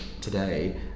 today